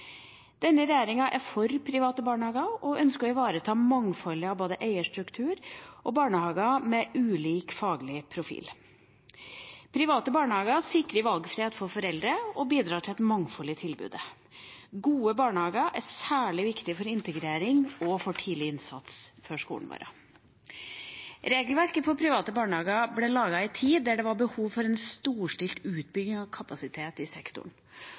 Denne regjeringa er for private barnehager og ønsker å ivareta mangfoldet av både eierstrukturer og barnehager med ulike faglige profiler. Private barnehager sikrer valgfrihet for foreldre og bidrar til et mangfold i tilbudet. Gode barnehager er særlig viktig for integrering og tidlig innsats før skolen vår. Regelverket for private barnehager ble laget i en tid der det var behov for en storstilt utbygging av kapasitet i sektoren,